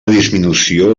disminució